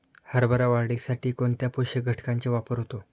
हरभरा वाढीसाठी कोणत्या पोषक घटकांचे वापर होतो?